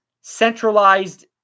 centralized